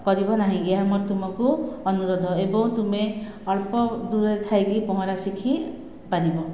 କରିବ ନାହିଁ ଏହା ମୋର ତୁମକୁ ଅନୁରୋଧ ଏବଂ ତୁମେ ଅଳ୍ପ ଦୂରରେ ଥାଇକି ପହଁରା ଶିଖିପାରିବ